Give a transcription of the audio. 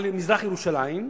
על מזרח-ירושלים,